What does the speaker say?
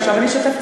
עכשיו אני אשתף,